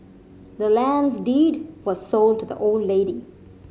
the land's deed was sold to the old lady